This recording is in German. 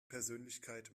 persönlichkeit